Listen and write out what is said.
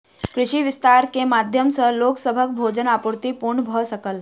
कृषि विस्तार के माध्यम सॅ लोक सभक भोजन आपूर्ति पूर्ण भ सकल